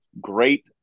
great